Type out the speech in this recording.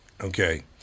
Okay